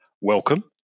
welcome